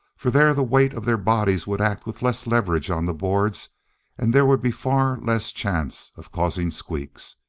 for there the weight of their bodies would act with less leverage on the boards and there would be far less chance of causing squeaks.